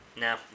No